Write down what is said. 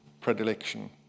predilection